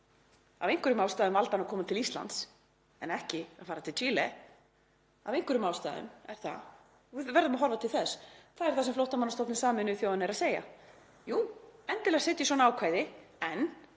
Af einhverjum ástæðum valdi hann að koma til Íslands en ekki að fara til Chile, af einhverjum ástæðum er það og við verðum að horfa til þess. Það er það sem Flóttamannastofnun Sameinuðu þjóðanna er að segja: Jú, endilega setjið svona ákvæði en